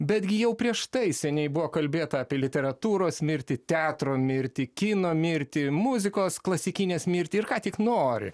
betgi jau prieš tai seniai buvo kalbėta apie literatūros mirtį teatro mirtį kino mirtį muzikos klasikinės mirtį ir ką tik nori